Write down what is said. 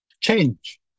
change